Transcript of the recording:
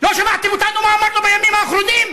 לא שמעתם אותנו, מה אמרנו בימים האחרונים?